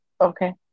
Okay